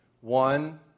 One